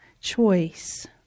choice